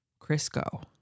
Crisco